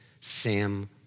Sam